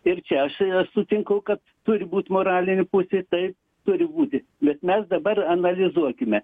ir čia aš sutinku kad turi būt moralinė pusė taip turi būti bet mes dabar analizuokime